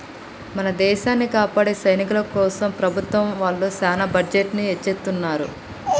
మన దేసాన్ని కాపాడే సైనికుల కోసం ప్రభుత్వం ఒళ్ళు సాన బడ్జెట్ ని ఎచ్చిత్తున్నారు